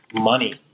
money